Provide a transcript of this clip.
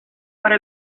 para